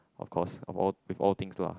of course of all with all things lah